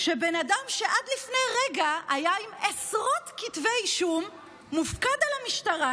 שבן אדם שעד לפני רגע היה עם עשרות כתבי אישום מופקד על המשטרה